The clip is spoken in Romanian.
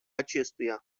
acestuia